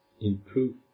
improve